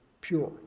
pure